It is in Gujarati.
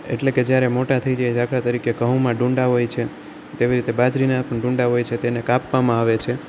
એટલે કે જ્યારે મોટાં થઈ જાય દાખલા તરીકે ઘઉમાં ડૂંડા હોય છે તેવી રીતે બાજરીનાં પણ ડૂંડા હોય છે તેને કાપવામાં આવે છે